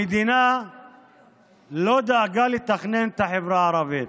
המדינה לא דאגה לתכנן את החברה הערבית.